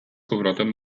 powrotem